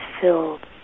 filled